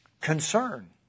concern